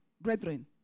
brethren